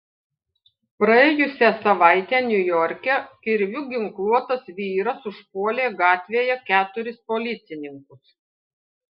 praėjusią savaitę niujorke kirviu ginkluotas vyras užpuolė gatvėje keturis policininkus